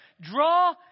draw